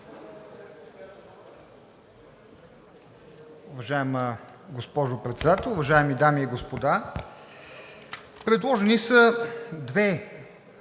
Уважаема госпожо Председател, уважаеми дами и господа! Предложени са две